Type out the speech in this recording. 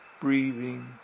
breathing